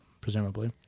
presumably